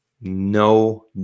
no